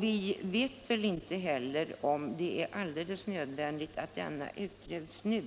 Vi vet inte heller om det är alldeles nödvändigt att frågan utreds nu.